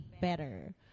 better